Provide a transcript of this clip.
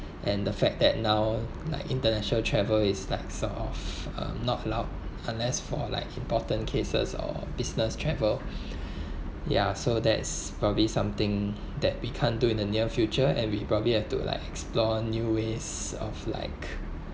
and the fact that now like international travel is like sort of uh not allowed unless for like important cases or business travel ya so that's probably something that we can't do in the near future and we probably have to like explore new ways of like